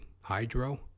Hydro